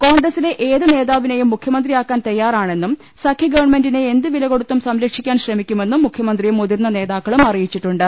കോൺഗ്രസിലെ ഏത് നേതാവിനെയും മുഖ്യമന്ത്രിയാക്കാൻ തയ്യാറാണെന്നും സഖ്യഗവൺമെന്റിനെ എന്ത് വിലകൊടുത്തും സംരക്ഷിക്കാൻ ശ്രമിക്കുമെന്നും മുഖ്യമന്ത്രിയും മുതിർന്ന നേതാ ക്കളും അറിയിച്ചിട്ടുണ്ട്